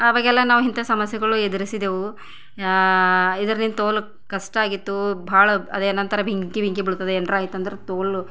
ಆವಾಗೆಲ್ಲ ನಾವು ಇಂಥದ್ದು ಸಮಸ್ಯೆಗಳು ಎದುರಿಸಿದೆವು ಇದರಿಂದ ತೋಲ್ ಕಷ್ಟಾಗಿತ್ತು ಭಾಳ ಅದೇನು ಅಂತಾರೆ ಬೆಂಕಿ ಬೆಂಕಿ ಬೀಳ್ತದ ಏನಾರ ಆಯ್ತಂದ್ರೆ ತೋಲ್